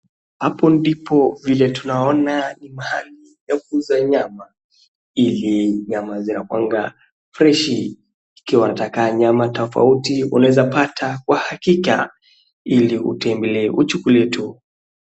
Hapo ndipo vile tunaona ni mahali pa kuuza nyama, ili nyama zinakuwanga freshi, ikiwa unataka nyama tofauti unaeza pata kwa hakika ili utembelee uchukue tu.